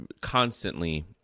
constantly